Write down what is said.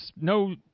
no